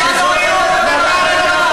אתה לא רצית להיות שר הקליטה.